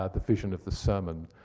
ah the vision of the sermon,